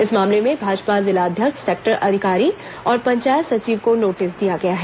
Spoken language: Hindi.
इस मामले में भाजपा जिलाध्यक्ष सेक्टर अधिकारी और पंचायत सचिव को नोटिस दिया गया है